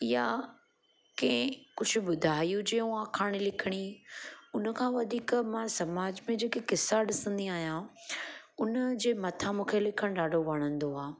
या कंहिं कुझु ॿुधाई हुजे ऐं आखाणी लिखिणी उनखां वधीक मां समाज में जेके क़िसा ॾिसंदी आहियां उन जे मथां मूंखे लिखणु ॾाढो वणंदो आहे